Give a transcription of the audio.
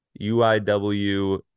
UIW